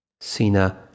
Sina